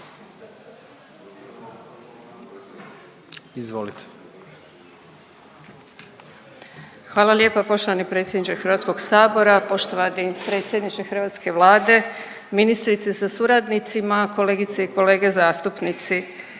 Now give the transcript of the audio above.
Hvala lijepa poštovani predsjedniče Hrvatskog sabora, poštovani predsjedniče hrvatske Vlade, ministrice sa suradnicima, kolegice i kolege zastupnici.